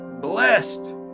Blessed